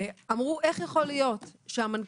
אמרו, איך יכול להיות שהמנכ"ל